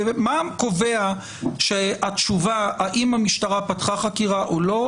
מה קורה שהתשובה האם המשטרה פתחה חקירה או לא,